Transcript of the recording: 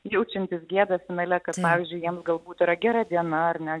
jaučiantys gėdą finale kad pavyzdžiui jiems galbūt yra gera diena ar ne